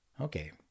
Okay